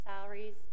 salaries